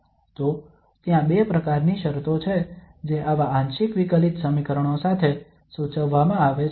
તો ત્યાં બે પ્રકારની શરતો છે જે આવા આંશિક વિકલિત સમીકરણો સાથે સૂચવવામાં આવે છે